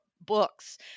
books